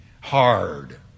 hard